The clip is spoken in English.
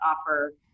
offer